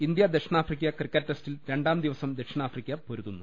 India ദക്ഷിണാഫ്രിക്ക cricket ടെസ്റ്റിൽ രണ്ടാം ദിവസം ദക്ഷിണാഫ്രിക്ക പൊരുതുന്നു